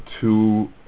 two